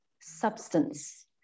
substance